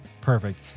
Perfect